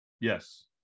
Yes